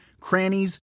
crannies